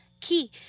key